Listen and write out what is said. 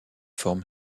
forme